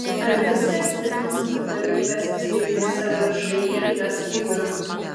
ar viskas vilniaus savivaldybės įsteigtose všį yra skaidru